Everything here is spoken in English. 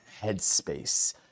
headspace